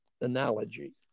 analogy